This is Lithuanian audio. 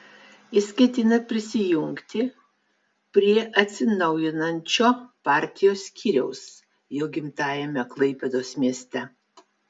jis ketina prisijungti prie atsinaujinančio partijos skyriaus jo gimtajame klaipėdos mieste